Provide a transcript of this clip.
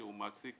שהוא מעסיק